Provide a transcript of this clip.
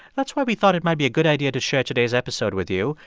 that's why we thought it might be a good idea to share today's episode with you.